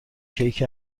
کیک